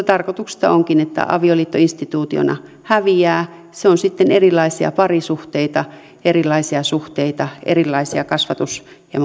tarkoituksista onkin että avioliitto instituutiona häviää se on sitten erilaisia parisuhteita erilaisia suhteita erilaisia kasvatus